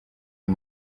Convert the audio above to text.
uyu